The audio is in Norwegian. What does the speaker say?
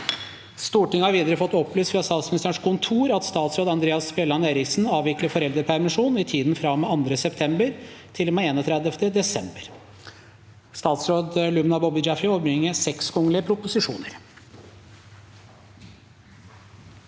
Stortinget har videre fått opplyst fra Statsministerens kontor at statsråd Andreas Bjelland Eriksen avvikler foreldrepermisjon i tiden fra og med 2. september til og med 31. desember. St at srå d Lubna Bo by Jaf fery overbrakte 6 kgl. proposisjoner